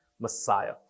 Messiah